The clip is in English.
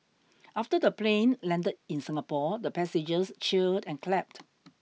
after the plane landed in Singapore the passengers cheered and clapped